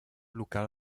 local